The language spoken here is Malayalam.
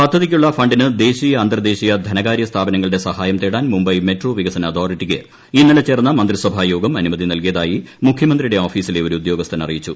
പദ്ധതിക്കുള്ള ഫണ്ടിന് ദേശീയ അന്തർദേശീയ ധനകാര്യ സ്ഥാപനങ്ങളുടെ സഹായം തേടാൻ മുംബൈ മെട്രോ വികസന അതോറിറ്റിക്ക് ഇന്നലെ ചേർന്ന മന്ത്രിസഭാ യോഗം അനുമതി നൽകിയതായി മുഖൃമന്ത്രിയുടെ ഓഫീസിലെ ഒരു ഉദ്യോഗസ്ഥൻ അറിയിച്ചു